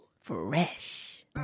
Fresh